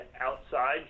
outside